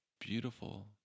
beautiful